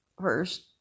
first